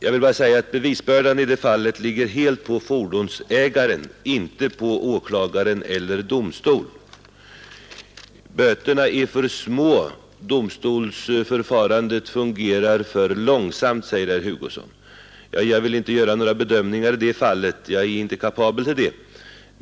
Jag vill bara säga att bevisbördan i det fallet ligger helt på fordonsägaren, inte på åklagaren eller domstol. Böterna är för små — domstolsförfarandet fungerar för långsamt, säger herr Hugosson. Ja, jag vill inte göra någre bedömningar i det fallet; jag är inte kapabel till det.